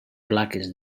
plaques